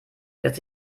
lässt